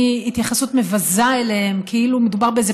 מהתייחסות מבזה אליהם כאילו מדובר באיזה